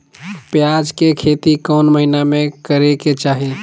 प्याज के खेती कौन महीना में करेके चाही?